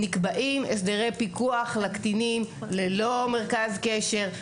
נקבעים הסדרי פיקוח לקטינים ללא מרכז קשר.